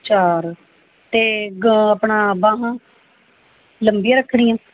ਚਾਰ ਅਤੇ ਗ ਆਪਣਾ ਬਾਹਾਂ ਲੰਬੀਆਂ ਰੱਖਣੀਆਂ